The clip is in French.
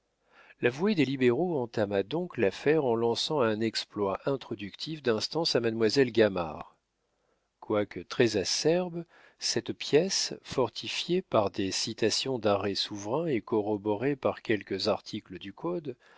l'avoué des libéraux entama donc l'affaire en lançant un exploit introductif d'instance à mademoiselle gamard quoique très acerbe cette pièce fortifiée par des citations d'arrêts souverains et corroborée par quelques articles du code